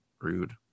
rude